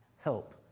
help